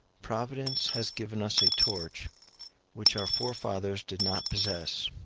providence has given us a torch which our forefathers did not possess,